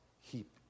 heap